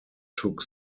took